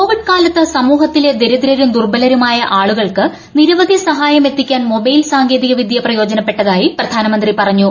Covid കാലത്ത് സമൂഹത്തിലെ ദരിദ്രരും ദുർബലരുമായ ആളുകൾക്ക് നിരവധി സഹായമെത്തിക്കാൻ മൊബൈൽ സാങ്കേതികവിദ്യ പ്രയോജനപ്പെട്ടതായി പ്രധാനമന്ത്രി പറഞ്ഞു